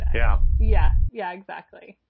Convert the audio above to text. yeah. yeah. yeah, exactly